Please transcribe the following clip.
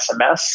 SMS